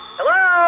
Hello